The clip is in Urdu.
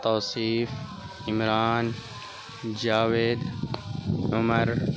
توصیف عمران جاوید عمر